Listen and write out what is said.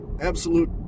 Absolute